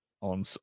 on